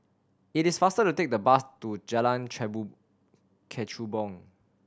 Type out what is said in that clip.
it is faster to take the bus to Jalan Kechubong